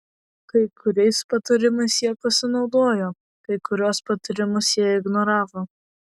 kai kuriais patarimais jie pasinaudojo kai kuriuos patarimus jie ignoravo